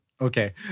okay